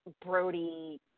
Brody